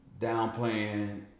downplaying